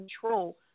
control